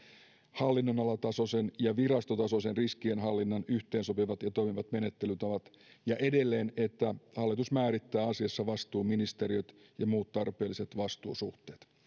hallinnonalatasoisen ja virastotasoisen riskienhallinnan yhteensopivat ja toimivat menettelytavat ja edelleen että hallitus määrittää asiassa vastuuministeriöt ja muut tarpeelliset vastuusuhteet